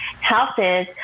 houses